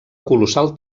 colossal